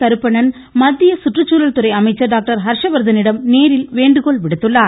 கருப்பணன் மத்திய சுற்றுச்சூழல் துறை அமைச்சர் ஹர்ஸ்வர்த்தனிடம் நேரில் வேண்டுகோள் விடுத்துள்ளார்